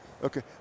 Okay